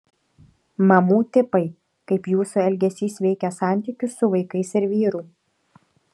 mamų tipai kaip jūsų elgesys veikia santykius su vaikais ir vyru